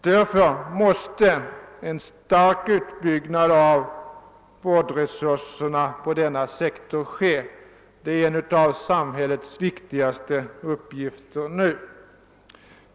Därför måste en stark uppbyggnad av vårdresurserna för denna sektor ske. Det är en av samhällets viktigaste uppgifter nu.